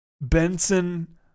Benson